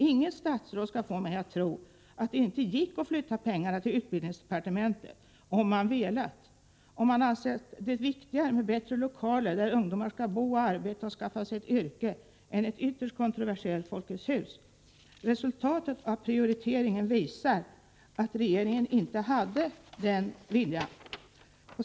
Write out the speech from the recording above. Inget statsråd skall få mig att tro att det inte hade gått att flytta pengarna till utbildningsdepartementet om man hade velat göra detta — om man alltså ansett det viktigare med bättre lokaler där ungdomar skall bo, arbeta och skaffa sig ett yrke än med ett ytterst kontroversiellt Folkets hus. Resultatet av prioriteringen visar att regeringen inte hade den viljan.